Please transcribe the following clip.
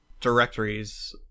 directories